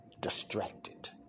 distracted